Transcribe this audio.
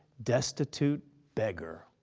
destitute beggar.